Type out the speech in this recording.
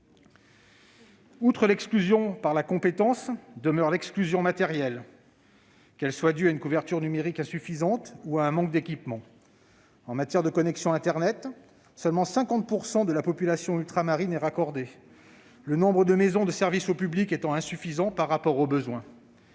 Outre l'exclusion par la compétence demeure l'exclusion matérielle, qu'elle soit due à une couverture numérique insuffisante ou à un manque d'équipement. En matière de connexion internet, seulement 50 % de la population ultramarine est raccordée et le nombre de maisons de services au public est insuffisant par rapport aux besoins.